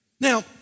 Now